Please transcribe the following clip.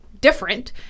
different